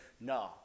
no